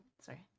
Sorry